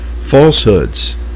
falsehoods